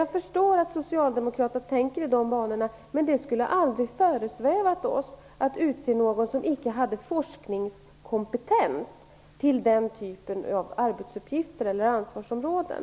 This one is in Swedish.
Jag förstår att socialdemokraterna tänker i de banorna, men det skulle aldrig ha föresvävat oss att utse någon som icke hade forskningskompetens till den typen av arbetsuppgifter eller ansvarsområden.